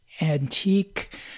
antique